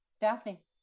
Daphne